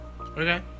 Okay